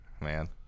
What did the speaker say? Man